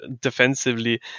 defensively